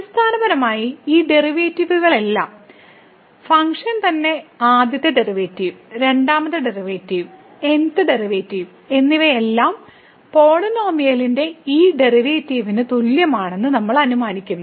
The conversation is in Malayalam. അടിസ്ഥാനപരമായി ഈ ഡെറിവേറ്റീവുകളെല്ലാം ഫംഗ്ഷൻ തന്നെ ആദ്യത്തെ ഡെറിവേറ്റീവ് രണ്ടാമത്തെ ഡെറിവേറ്റീവ് n th ഡെറിവേറ്റീവ് എന്നിവയെല്ലാം പോളിനോമിയലിന്റെ ഈ ഡെറിവേറ്റീവിന് തുല്യമാണെന്ന് നമ്മൾ അനുമാനിക്കുന്നു